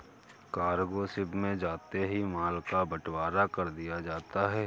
cargo ship में जाते ही माल का बंटवारा कर दिया जाता है